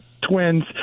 twins